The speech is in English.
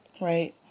right